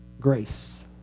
Grace